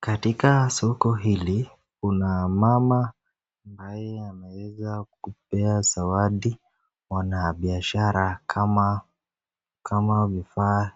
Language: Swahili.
Katika soko hili, kuna mama ambaye ameweza kupea zawadi mwanabiashara kama vifaa